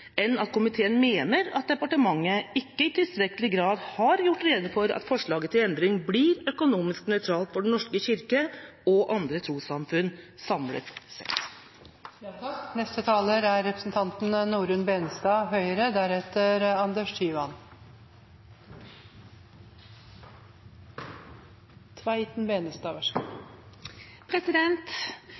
enn at komiteen mener at departementet ikke i tilstrekkelig grad har gjort rede for at forslaget til endring blir økonomisk nøytralt for Den norske kirke og andre trossamfunn samlet sett. Representanten